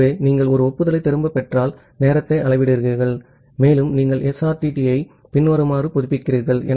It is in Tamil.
ஆகவே நீங்கள் ஒரு ஒப்புதலைத் திரும்பப் பெற்றால் நேரத்தை அளவிடுகிறீர்கள் மேலும் நீங்கள் SRTT ஐ பின்வருமாறு புதுப்பிக்கிறீர்கள்